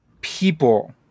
people